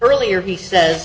earlier he says